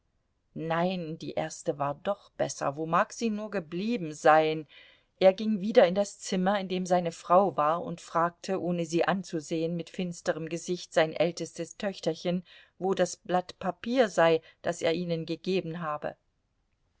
nein die erste war doch besser wo mag sie nur geblieben sein er ging wieder in das zimmer in dem seine frau war und fragte ohne sie anzusehen mit finsterem gesicht sein ältestes töchterchen wo das blatt papier sei das er ihnen gegeben habe